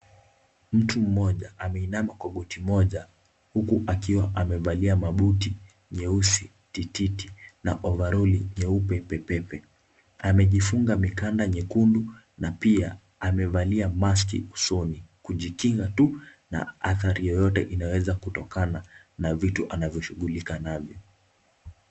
Mtu mmoja ameinama kwa goti moja huku akiwa amevalia mabuti nyeusi tititi na ovaroli nyeupe pepepe. Amejifunga mikanda nyekundu na pia amevalia maski usoni kujikinga tu! na hatari yoyote inayoweza kutokana na vitu anavyoshughulika navyo